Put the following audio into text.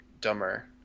dumber